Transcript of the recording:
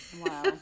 Wow